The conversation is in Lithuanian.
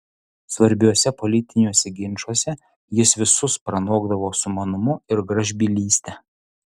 svarbiuose politiniuose ginčuose jis visus pranokdavo sumanumu ir gražbylyste